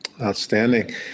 Outstanding